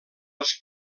els